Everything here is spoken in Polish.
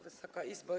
Wysoka Izbo!